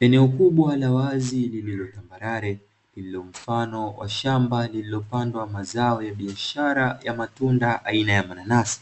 Eneo kubwa la wazi lililo tambarare, lenye mfano wa shamba lililopandwa mazao ya biashara ya matunda aina ya mananasi,